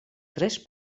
tres